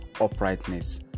uprightness